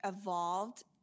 evolved